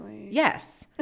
Yes